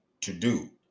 to-do